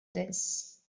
this